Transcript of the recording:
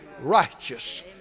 righteous